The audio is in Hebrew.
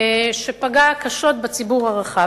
שפגעו קשות בציבור הרחב.